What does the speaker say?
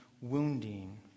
wounding